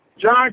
John